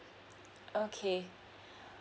okay